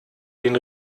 den